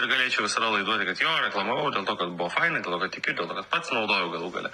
ir galėčiau visada laiduoti kad jo reklamavau dėl to kad buvo fainai dėl to kad tikiu dėl to kad pats naudojau galų gale